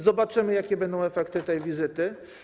Zobaczymy, jakie będę efekty tej wizyty.